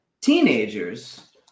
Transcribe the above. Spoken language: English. teenagers